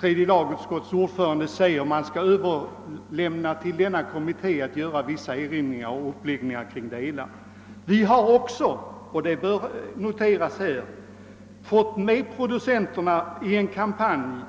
tredje. lagutskottets ordförande säger: Man bör överlåta åt miljöutrednings kommittén att göra vissa erinringar och stå för uppläggningen av det hela. Vi har också — det bör noteras här — fått med producenterna i en kampanj.